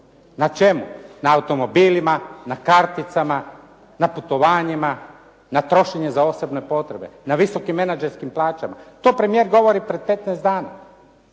Na čemu? Na automobilima, na karticama, na putovanjima, na trošenje za osobne potrebe, na visokim menadžerskim plaćama, to premijer govori pred 15 dana.